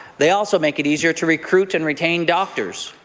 they also make it easier to recruit and retain doctors.